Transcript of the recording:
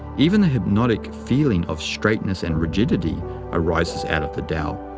even the hypnotic feeling of straightness and rigidity arises out of the tao,